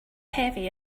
heavy